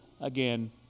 again